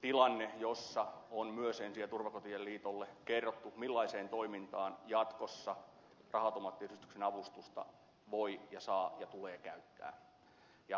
tilanne jossa on myös ensi ja turvakotien liitolle kerrottu millaiseen toimintaan jatkossa raha automaattiyhdistyksen avustusta voi ja saa ja tulee käyttää